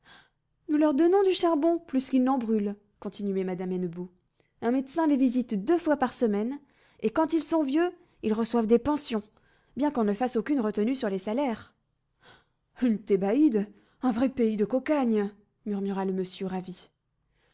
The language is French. nous leur donnons du charbon plus qu'ils n'en brûlent continuait madame hennebeau un médecin les visite deux fois par semaine et quand ils sont vieux ils reçoivent des pensions bien qu'on ne fasse aucune retenue sur les salaires une thébaïde un vrai pays de cocagne murmura le monsieur ravi